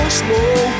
slow